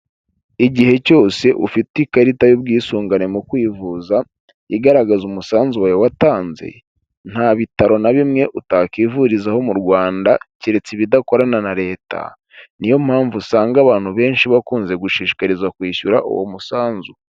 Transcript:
Igihe cyose ufite ikarita y'ubwisungane mu kwivuza igaragaza umusanzu wawe watanze, nta bitaro na bimwe utakivurizaho mu Rwanda, keretse ibidakorana na Leta. Ni yo mpamvu usanga abantu benshi bakunze gushishikarizwa kwishyura uwo musanzu.